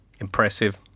impressive